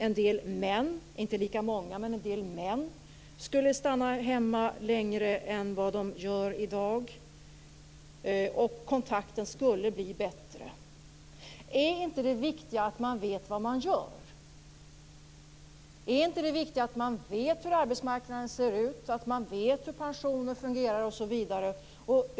En del män, inte lika många, skulle stanna hemma längre än vad de gör i dag. Kontakten skulle bli bättre. Är inte det viktiga att man vet vad man gör? Är inte det viktiga att man vet hur arbetsmarknaden ser ut, att man vet hur pensionen fungerar osv.?